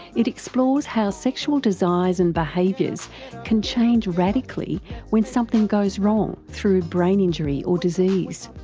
it explores how sexual desires and behaviours can change radically when something goes wrong through brain injury or disease.